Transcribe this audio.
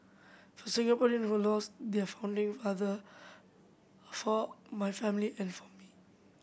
for Singaporean who lost their founding father for my family and for me